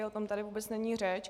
O tom tady vůbec není řeč.